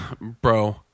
bro